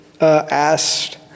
asked